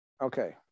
Okay